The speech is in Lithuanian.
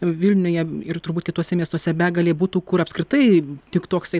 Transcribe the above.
vilniuje ir turbūt kituose miestuose begalė butų kur apskritai tik toksai